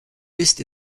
ist